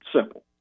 Simple